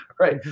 Right